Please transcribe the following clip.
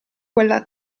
quella